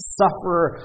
sufferer